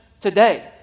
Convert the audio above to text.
today